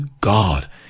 God